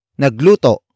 Nagluto